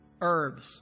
herbs